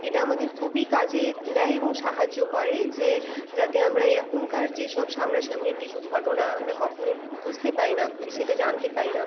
এটা আমাদের খুবই কাজে দেয় এবং সাহায্য করে যে যাতে আমরা এখনকার যেসব সামনাসামনি কিছু ঘটনা আমরা কখনোই বুঝতে পারি না সেটা জানতে পারি না